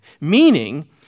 Meaning